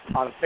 on